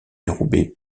dérobée